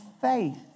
faith